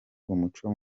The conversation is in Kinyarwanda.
umuco